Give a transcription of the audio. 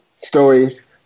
stories